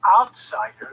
outsiders